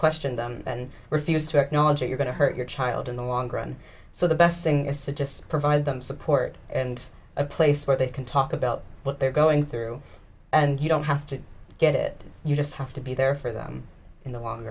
question them and refuse to acknowledge you're going to hurt your child in the long run so the best thing is to just provide them support and a place where they can talk about what they're going through and you don't have to get it you just have to be there for them in the long